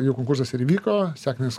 jau konkursas ir įvyko sekantis